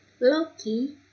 Loki